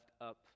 up